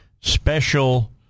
special